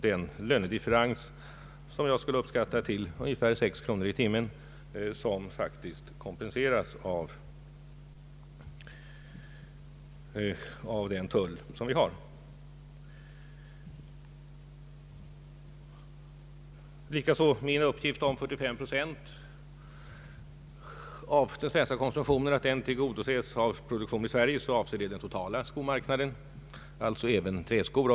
De 45 procent av den svenska konsumtionen som enligt min uppgift tillgodoses genom skoproduktion i Sverige, avser den totala skomarknaden, alltså även träskor.